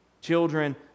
Children